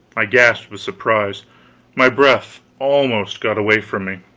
i gasped with surprise my breath almost got away from me.